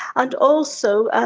and also, ah